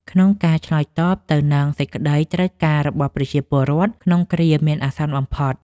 ក្នុងការឆ្លើយតបទៅនឹងសេចក្តីត្រូវការរបស់ប្រជាពលរដ្ឋក្នុងគ្រាមានអាសន្នបំផុត។